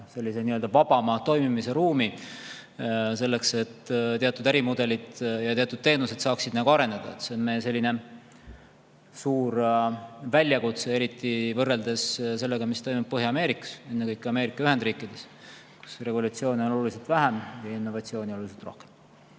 suund on anda vabama toimimise ruumi, et teatud ärimudelid ja teatud teenused saaksid areneda. See on meile suur väljakutse, eriti võrreldes sellega, mis toimub Põhja-Ameerikas, ennekõike Ameerika Ühendriikides, kus revolutsiooni on oluliselt vähem ja innovatsiooni oluliselt rohkem.